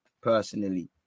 personally